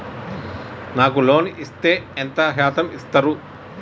నాకు లోన్ ఇత్తే ఎంత శాతం ఇత్తరు?